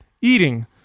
eating